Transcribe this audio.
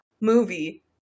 movie